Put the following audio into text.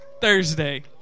Thursday